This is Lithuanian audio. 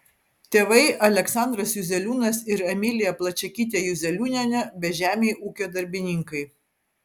tėvai aleksandras juzeliūnas ir emilija plačiakytė juzeliūnienė bežemiai ūkio darbininkai